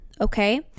okay